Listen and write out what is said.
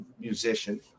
musician